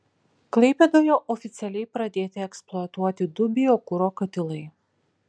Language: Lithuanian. klaipėdoje oficialiai pradėti eksploatuoti du biokuro katilai